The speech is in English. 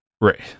right